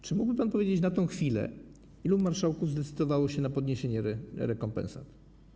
Czy mógłby pan powiedzieć na tę chwilę, ilu marszałków zdecydowało się na podwyższenie rekompensat?